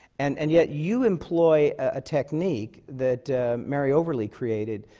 and and yet, you employ a technique that mary overlie created,